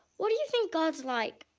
what do you think god's like?